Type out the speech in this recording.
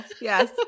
Yes